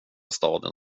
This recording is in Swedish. staden